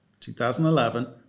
2011